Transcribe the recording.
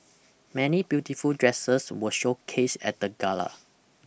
many beautiful dresses were showcased at the gala